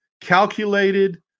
calculated